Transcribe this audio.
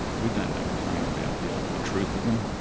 we don't make a claim about the ultimate truth of them,